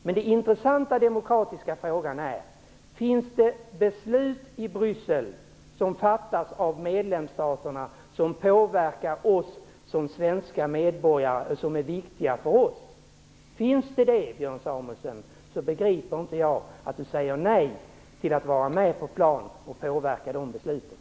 Den intressanta demokratifrågan är: Fattar medlemsstaterna beslut i Bryssel som påverkar oss som svenska medborgare och som är viktiga för oss? Är det på det sättet, då begriper inte jag att Björn Samuelson säger nej till att vara med på plan och påverka de besluten.